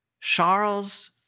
Charles